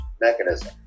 mechanism